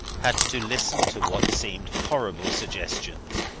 had to listen to what seemed horrible suggestions.